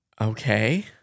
Okay